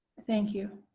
thank you.